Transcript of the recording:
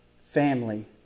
Family